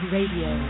Radio